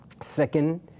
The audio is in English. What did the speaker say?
Second